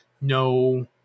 No